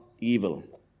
evil